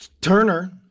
Turner